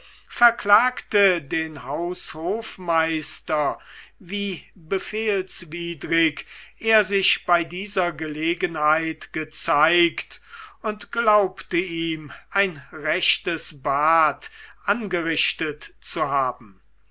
verklagte den haushofmeister wie befehlswidrig er sich bei dieser gelegenheit gezeigt und glaubte ihm ein rechtes bad angerichtet zu haben